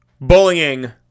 bullying